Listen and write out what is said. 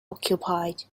occupied